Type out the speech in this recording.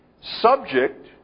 subject